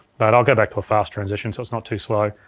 but i'll go back to a fast transition so it's not too slow.